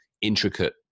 intricate